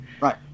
Right